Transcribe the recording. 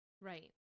Right